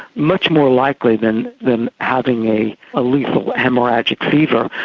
much more likely than than having a lethal haemorrhagic fever.